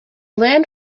land